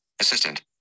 assistant